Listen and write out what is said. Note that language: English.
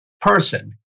person